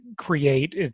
create